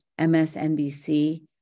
MSNBC